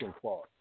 clause